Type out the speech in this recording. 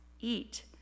eat